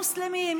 מוסלמים,